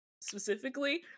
specifically